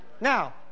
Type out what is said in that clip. Now